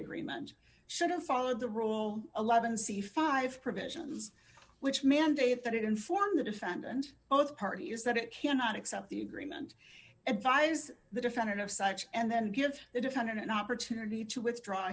agreement should have followed the rule eleven c five provisions which mandate that it inform the defendant both parties that it cannot accept the agreement advise the defendant of such and then give the defendant an opportunity to withdraw